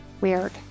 weird